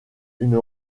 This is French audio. une